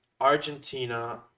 Argentina